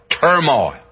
turmoil